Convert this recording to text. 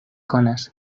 konas